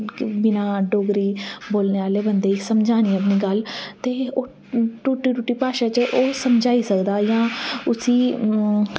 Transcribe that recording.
के बिना डोगरी बोलने आह्लै बंदे गी समझानी अपनी गल्ल ते ओह् टुट्टी टुट्टी भाशा च ओह् समझाई सकदा जां उस्सी